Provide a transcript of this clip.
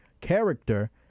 character